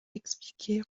expliqué